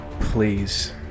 Please